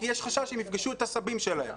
כי יש חשש שהם יפגשו את הסבים שלהם.